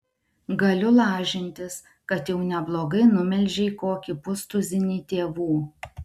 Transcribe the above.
galiu lažintis kad jau neblogai numelžei kokį pustuzinį tėvų